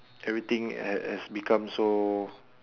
everything has has become so